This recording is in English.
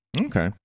okay